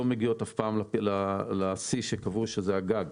לא מגיעות אף פעם לשיא שקבעו שזה הגג.